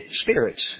spirits